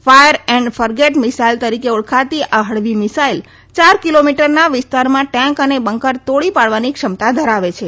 fire and forget missile તરીકે ઓળખાતી આ હળવી મિસાઇલ ચાર કિલોમીટરના વિસ્તારમાં ટેન્ક અને બંકર તોડી પાડવાની ક્ષમતા ધરાવે છે